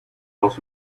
lot